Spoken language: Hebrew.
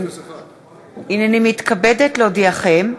הנני מתכבדת להודיעכם,